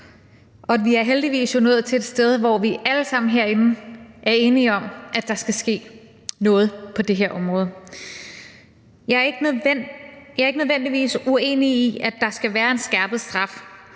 Vi er jo heldigvis nået til et sted, hvor vi alle sammen herinde er enige om, at der skal ske noget på det her område. Jeg er ikke nødvendigvis uenig i, at der skal være en skærpet straf